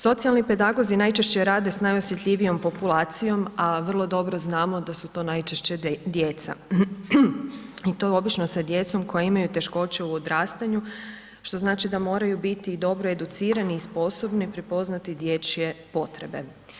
Socijalni pedagozi najčešće rade s najosjetljivijom populacijom, a vrlo dobro znamo da su to najčešće djeca i to obično sa djecom koja imaju teškoće u odrastanju, što znači da moraju biti i dobro educirani i sposobni prepoznati dječje potrebe.